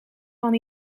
van